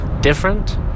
different